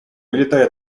улетай